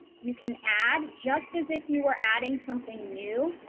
you can add just as if you were adding something new,